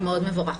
מבורך מאוד.